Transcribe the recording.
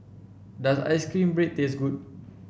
does ice cream bread taste good